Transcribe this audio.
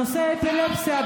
נושא האפילפסיה,